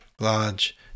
Large